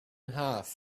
half